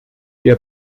der